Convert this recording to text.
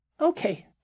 Okay